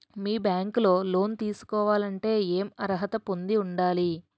మీ bank లో loan తీసుకోవాలంటే ఎం అర్హత పొంది ఉండాలి?